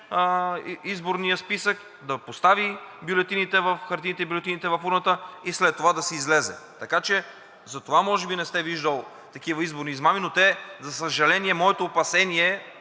изборния списък, да постави хартиените бюлетини в урната и след това да си излезе. Така че затова може би не сте виждали такива изборни измами, но те, за съжаление, моето опасение,